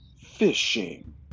fishing